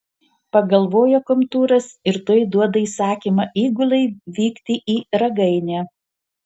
pagalvoja komtūras ir tuoj duoda įsakymą įgulai vykti į ragainę